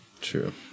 True